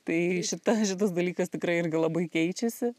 tai šita šitas dalykas tikrai irgi labai keičiasi